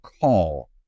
call